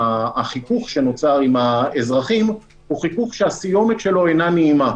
החיכוך שנוצר עם האזרחים הוא חיכוך שהסיומת שלו אינה נעימה.